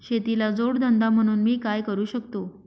शेतीला जोड धंदा म्हणून मी काय करु शकतो?